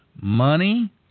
money